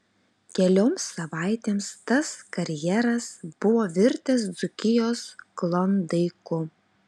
kelioms savaitėms tas karjeras buvo virtęs dzūkijos klondaiku